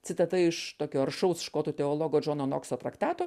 citata iš tokio aršaus škotų teologo džono nokso traktato